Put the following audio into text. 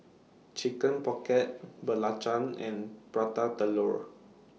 Chicken Pocket Belacan and Prata Telur